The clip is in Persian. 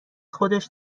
خودش